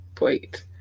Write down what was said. wait